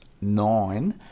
nine